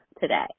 today